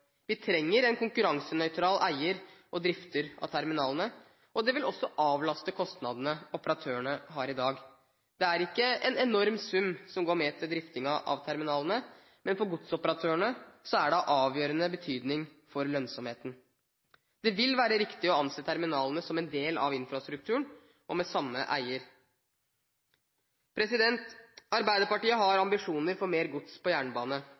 Vi trenger en konkurransenøytral eier og drifter av terminalene, og det vil også avlaste operatørene for kostnader de har i dag. Det er ikke en enorm sum som går med til drifting av terminalene, men for godsoperatørene er det av avgjørende betydning for lønnsomheten. Det vil være riktig å anse terminalene som en del av infrastrukturen – og med samme eier. Arbeiderpartiet har ambisjoner om mer gods på jernbane.